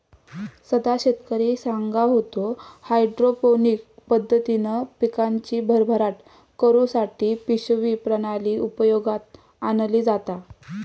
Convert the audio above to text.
सदा शेतकरी सांगा होतो, हायड्रोपोनिक पद्धतीन पिकांची भरभराट करुसाठी पिशवी प्रणाली उपयोगात आणली जाता